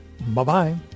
Bye-bye